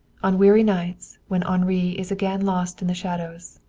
on weary nights, when henri is again lost in the shadows,